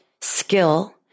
skill